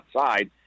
outside